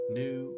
new